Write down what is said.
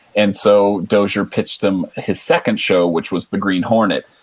and so, dozier pitched him his second show, which was the green hornet.